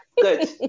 good